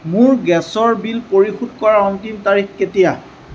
মোৰ গেছৰ বিল পৰিশোধ কৰাৰ অন্তিম তাৰিখ কেতিয়া